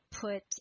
put